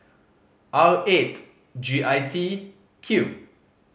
R eight G I T Q